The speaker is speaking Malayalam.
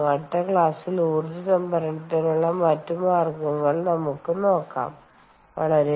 അടുത്തക്ലാസ്സിൽ ഊർജ്ജ സംഭരണത്തിനുള്ള മറ്റൊരു മാർഗ്ഗം നമ്മൾ നോക്കും